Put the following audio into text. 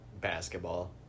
basketball